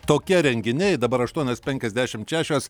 tokie renginiai dabar aštuonios penkiasdešimt šešios